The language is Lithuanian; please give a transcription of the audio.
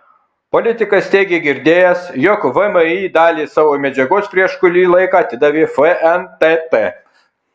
politikas teigė girdėjęs jog vmi dalį savo medžiagos prieš kurį laiką atidavė fntt